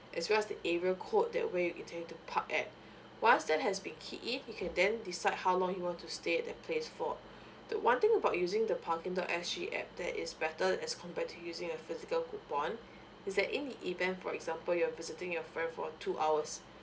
as well as the area code that where you intend to park at once that has been keyed in you can then decide how long you want to stay at the place for the one thing about using the parking dot S G app that is better as compared to using a physical coupon is that in the event for example you're visiting your friend for two hours